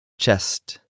Chest